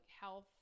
health